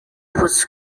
was